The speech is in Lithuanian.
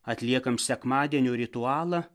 atliekam sekmadienio ritualą